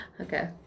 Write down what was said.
Okay